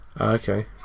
Okay